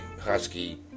Husky